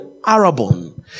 arabon